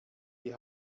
die